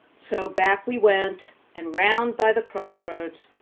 so back we went and round by the crossroads,